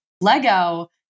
Lego